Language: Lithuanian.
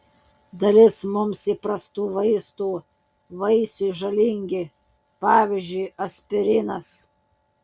dalis mums įprastų vaistų vaisiui žalingi pavyzdžiui aspirinas